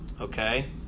Okay